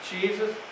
Jesus